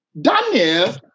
Daniel